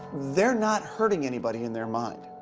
they're not hurting anybody in their mind.